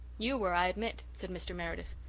you were, i admit, said mr. meredith.